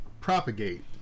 propagate